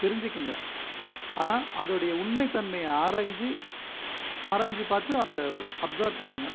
தெரிஞ்சுக்கங்க ஆனால் அதோடைய உண்மை தன்மையை ஆராய்ஞ்சு ஆராய்ஞ்சுப் பார்த்து அதை அப்சர்வ் பண்ணுங்கள்